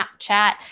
Snapchat